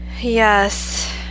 Yes